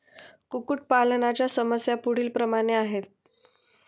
कुक्कुटपालनाच्या समस्या पुढीलप्रमाणे आहेत